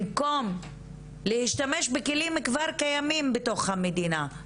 במקום להשתמש בכלים שכבר קיימים בתוך המדינה,